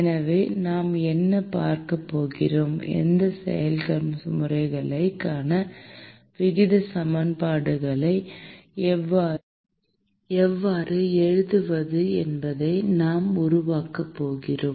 எனவே நாம் என்ன பார்க்கப் போகிறோம் இந்த செயல்முறைகளுக்கான விகித சமன்பாடுகளை எவ்வாறு எழுதுவது என்பதை நாம் உருவாக்கப் போகிறோம்